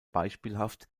beispielhaft